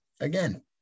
Again